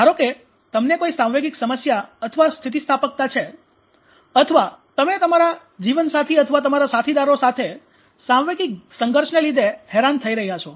ધારો કે તમને કોઈ સાંવેગિક સમસ્યા અથવા સ્થિતિસ્થાપકતા છે અથવા તમે તમારા જીવનસાથી અથવા તમારા સાથીદારો સાથે સાંવેગિક સંઘર્ષને લીધે હેરાન થઈ રહ્યા છો